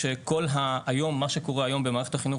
מה שקורה היום במערכת החינוך,